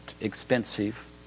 expensive